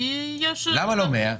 למה לא 100,000?